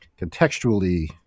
contextually